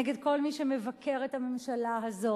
נגד כל מי שמבקר את הממשלה הזו.